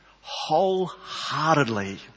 wholeheartedly